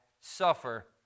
suffer